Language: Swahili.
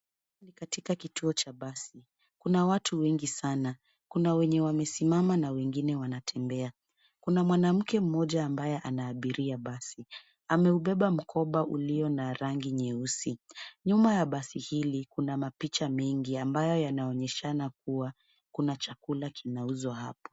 Huku ni katika kituo cha basi. Kuna watu wengi sana. Kuna wenye wamesimama na wengine wanatembea. Kuna mwanamke mmoja ambaye anaabiria basi. Ameubeba mkoba uliyo na rangi nyeusi. Nyuma ya basi hili, kuna mapicha mengi ambayo yanaonyeshana kuwa kuna chakula kinauzwa hapo.